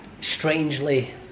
strangely